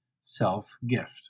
self-gift